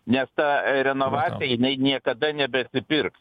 nes ta renovacija jinai niekada nebeatsipirks